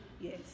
Yes